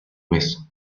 mes